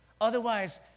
Otherwise